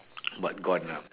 but gone ah